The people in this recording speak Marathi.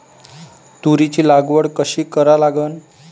तुरीची लागवड कशी करा लागन?